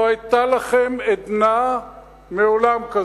לא היתה לכם עדנה כזאת מעולם.